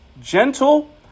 gentle